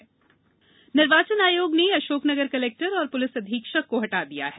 चुनाव कार्रवाई निर्वाचन आयोग ने अशोकनगर कलेक्टर और पुलिस अधीक्षक को हटा दिया है